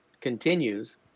continues